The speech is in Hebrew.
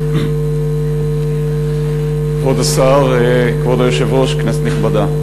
כבוד היושב-ראש, כנסת נכבדה,